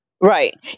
Right